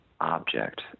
object